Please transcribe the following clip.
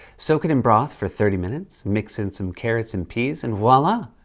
soak it in broth for thirty minutes. mix in some carrots and peas and, voila!